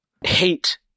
hate